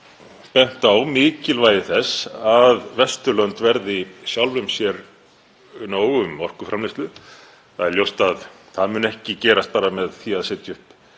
bent á mikilvægi þess að Vesturlönd verði sjálfum sér nóg um orkuframleiðslu. Það er ljóst að það mun ekki bara gerast með því að setja upp